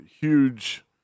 huge